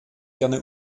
gerne